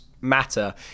matter